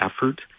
effort